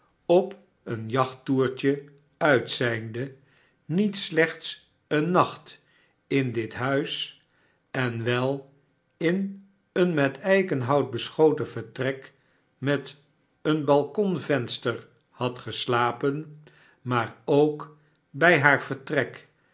op een jachttoertje uit zijnde niet slechts een nacht in dit huis en wel in een met eikenhout beschoten vertrek met een balkonvenster had geslapen maar k bij haar vertrek